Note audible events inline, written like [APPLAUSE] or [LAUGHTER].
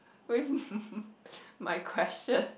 [LAUGHS] my question